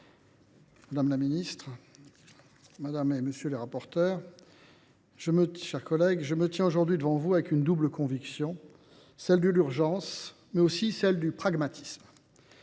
madame la ministre, mes chers collègues, je me tiens aujourd’hui devant vous avec une double conviction : celle de l’urgence, mais aussi celle du pragmatisme.